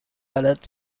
colored